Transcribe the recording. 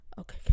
Okay